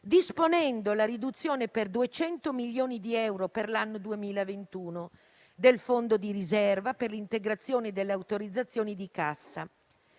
disponendo la riduzione per 200 milioni di euro per l'anno 2021 del fondo di riserva per l'integrazione delle autorizzazioni di cassa.